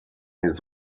his